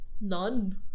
none